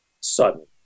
sudden